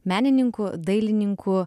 menininku dailininku